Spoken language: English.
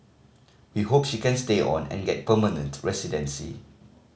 we hope she can stay on and get permanent residency